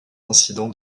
incidents